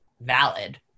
valid